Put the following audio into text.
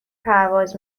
پرواز